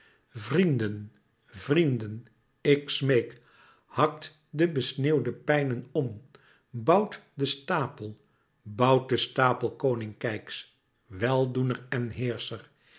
vrienden vrienden ik smeek hakt de besneeuwde pijnen om bouwt den stapel bouwt den stapel koning keyx weldoener en heerscher